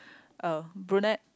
uh brunette